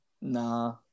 Nah